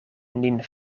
nin